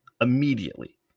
immediately